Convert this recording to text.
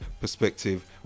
perspective